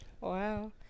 Wow